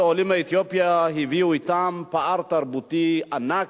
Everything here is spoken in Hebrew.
זה נכון שעולים מאתיופיה הביאו אתם פער תרבותי ענק,